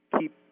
keep